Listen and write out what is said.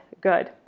Good